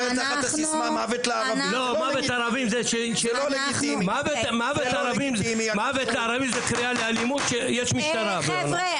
מוות לערבים זו קריאה לאלימות שיש משטרה שתטפל בזה.